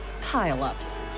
pile-ups